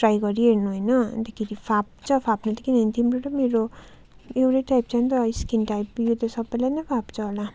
try गरी हेर्नु होइन अन्तखेरि फाप्छ फाप्नु त किनभने तिम्रो र मेरो एउटा टाइप छ नि त स्किन टाइप यो त सबलाई नै फाप्छ होला